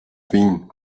wien